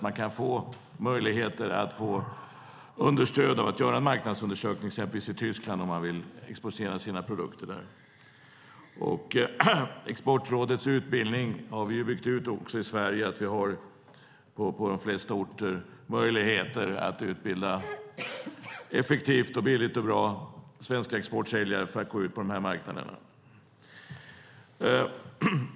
Man kan få understöd till att göra en marknadsundersökning, exempelvis i Tyskland, om man vill exportera sina produkter dit. Exportrådets utbildning har vi också byggt ut i Sverige. Vi har på de flesta orter möjligheter att effektivt, billigt och bra utbilda svenska exportsäljare för att kunna gå ut på de här marknaderna.